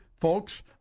folks